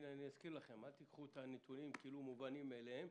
אזכיר לכם: אל תיקחו את הנתונים כאילו הם מובנים מאליהם.